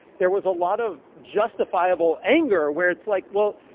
there was a lot of justifiable anger where it's like, well,